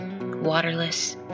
waterless